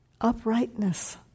Uprightness